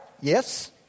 Yes